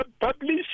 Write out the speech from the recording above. publish